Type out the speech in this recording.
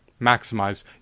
maximize